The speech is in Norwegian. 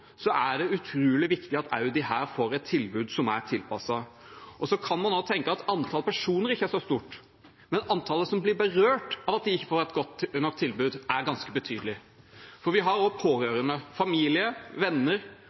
er det utrolig viktig at også disse får et tilbud som er tilpasset. Så kan man tenke at antallet personer ikke er så stort, men antallet som blir berørt av at de ikke får et godt nok tilbud, er ganske betydelig. For vi har pårørende, familie, venner